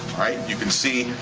right, you can see.